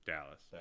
Dallas